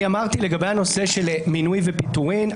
אני אמרתי לגבי הנושא של מינוי ופיטורין,